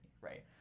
right